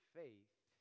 faith